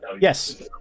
Yes